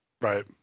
right